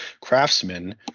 craftsmen